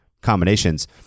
combinations